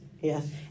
yes